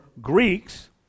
Greeks